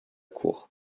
cour